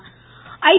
cricket I